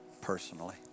personally